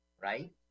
right